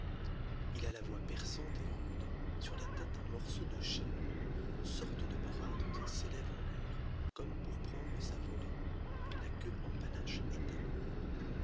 il a la voix perçante et rude sur la tête un morceau de chair ne sorte de bras dont il s'élève en l'air comme pour prendre sa volée la queue en panache étalée